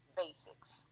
basics